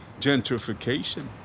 gentrification